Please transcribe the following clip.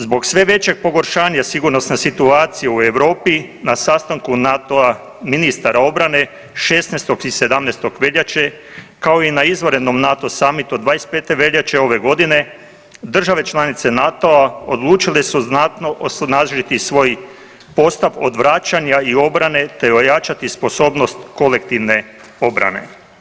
Zbog sve većeg pogoršanja sigurnosne situacije u Europi na sastanku NATO-a, ministara obrane 16. i 17. veljače kao i na izvanrednom NATO summitu 25. veljače ove godine države članice NATO-a odlučile su znatno osnažiti svoj postav odvraćanja i obrane, te ojačati sposobnost kolektivne obrane.